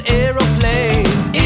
aeroplanes